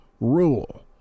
rule